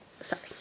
Sorry